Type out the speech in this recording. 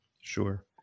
Sure